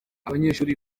abanyeshuri